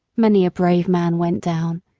many a brave man went down,